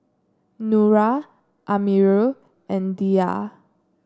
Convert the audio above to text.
Nura Amirul and Dhia